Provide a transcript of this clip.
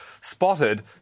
spotted